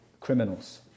criminals